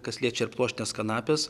kas liečia ir pluoštinės kanapės